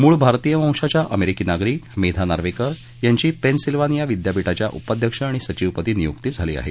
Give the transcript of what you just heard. मूळ भारतीय वंशाच्या अमेरिकी नागरिक मेधा नार्वेकर यांची पेन्सिल्वानिया विद्यापीठाच्या उपाध्यक्ष आणि सचिवपदी नियूक्त झाली आहे